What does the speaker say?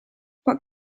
what